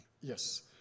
Yes